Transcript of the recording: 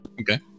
Okay